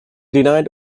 denied